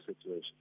situation